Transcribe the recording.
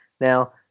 now